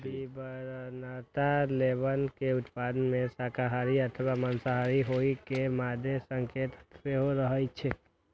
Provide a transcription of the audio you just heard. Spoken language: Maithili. विवरणात्मक लेबल मे उत्पाद के शाकाहारी अथवा मांसाहारी होइ के मादे संकेत सेहो रहै छै